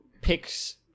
picks